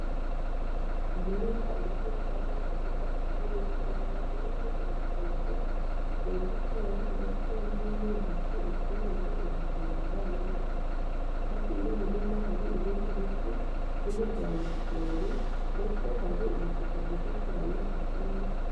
Umurima umaze kubagarwa vuba utarimo ikirere urimo urutoke, rwenda kwera ndetse n'imyumbati, isombe, ibijumba, n'amateke. Hafi y'umurima hari ibindi biti, n'imirwanyasuri, ndetse hari ubutaka bwiza cyane gusa n'umutuku.